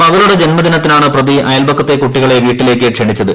മകളുടെ ജന്മദിനത്തിനാണ് പ്രതി അയൽപക്കത്തെ കുട്ടികളെ വീട്ടിലേക്ക് ക്ഷണിച്ചത്